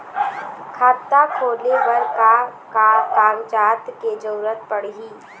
खाता खोले बर का का कागजात के जरूरत पड़ही?